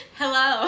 hello